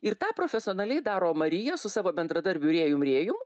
ir tą profesionaliai daro marija su savo bendradarbiu rėjum rėjum